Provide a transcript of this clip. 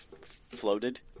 floated